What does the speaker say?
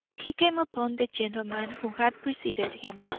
he came upon the gentleman who had preceded him,